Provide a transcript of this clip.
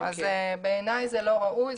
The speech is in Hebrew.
בעיניי זה לא ראוי,